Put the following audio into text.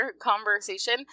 conversation